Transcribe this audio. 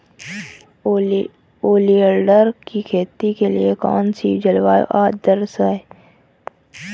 Oleander की खेती के लिए कौन सी जलवायु आदर्श है?